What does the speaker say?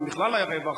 אם בכלל היה רווח,